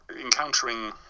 encountering